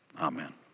amen